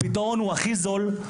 הפתרון הוא הכי זול,